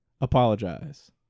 apologize